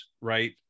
right